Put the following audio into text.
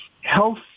Health